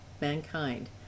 mankind